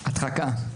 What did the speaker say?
הדחקה.